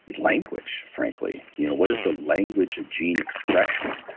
language, frankly you know what is the language of gene expression?